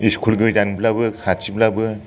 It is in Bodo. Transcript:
इस्कुल गोजानब्लाबो खाथिब्लाबो